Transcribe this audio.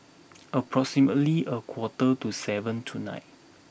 approximately a quarter to seven tonight